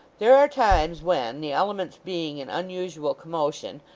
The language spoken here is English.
there are times when, the elements being in unusual commotion,